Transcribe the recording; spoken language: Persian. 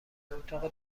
اتاق